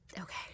Okay